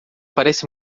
parece